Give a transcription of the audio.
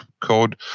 code